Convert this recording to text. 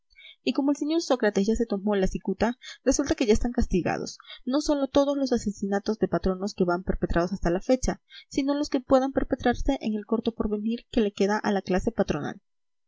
y como el señor sócrates ya se tomó la cicuta resulta que ya están castigados no sólo todos los asesinatos de patronos que van perpetrados hasta la fecha sino los que puedan perpetrarse en el corto porvenir que le queda a la clase patronal